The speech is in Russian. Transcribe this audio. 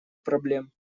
проблем